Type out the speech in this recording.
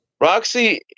roxy